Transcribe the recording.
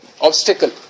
Obstacle